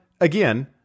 again